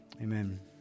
amen